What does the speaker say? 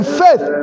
faith